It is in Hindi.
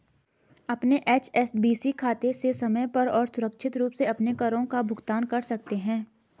अपने एच.एस.बी.सी खाते से समय पर और सुरक्षित रूप से अपने करों का भुगतान कर सकते हैं